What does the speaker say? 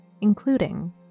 including